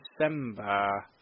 December